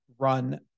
run